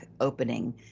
opening